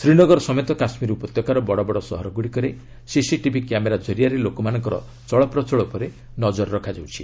ଶ୍ରୀନଗର ସମେତ କାଶ୍ମୀର ଉପତ୍ୟକାର ବଡ଼ ବଡ଼ ସହରଗୁଡ଼ିକରେ ସିସିଟିଭି କ୍ୟାମେରା ଜରିଆରେ ଲୋକମାନଙ୍କର ଚଳପ୍ରଚଳ ଉପରେ ନଜର ରଖାଯାଉଛି